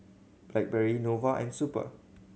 Blackberry Nova and Super